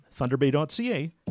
thunderbay.ca